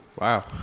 Wow